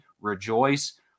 rejoice